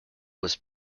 was